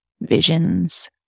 visions